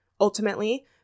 Ultimately